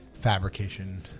fabrication